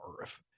earth